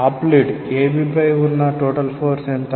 top lid AB పై ఉన్న total force ఎంత